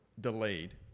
delayed